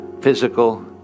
physical